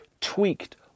tweaked